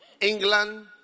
England